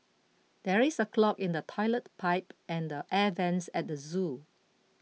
there is a clog in the Toilet Pipe and the Air Vents at the zoo